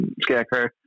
Scarecrow